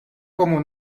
como